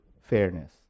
fairness